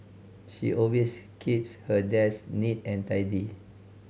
she always keeps her desk neat and tidy